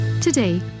Today